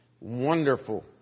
wonderful